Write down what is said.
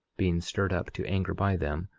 being stirred up to anger by them,